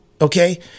Okay